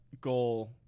goal